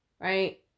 Right